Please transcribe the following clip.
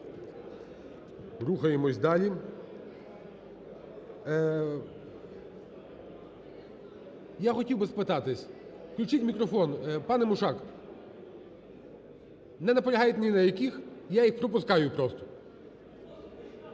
Рухаємося далі. Я хотів би спитатись. Включіть мікрофон. Пане Мушак, не наполягають ні на яких? Я їх пропускаю просто.